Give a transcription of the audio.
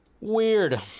Weird